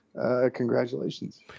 Congratulations